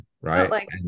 Right